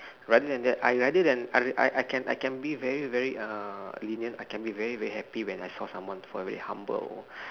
rather than that I rather than I I I can I can be very uh lenient I can be very very happy when I saw someone who are very humble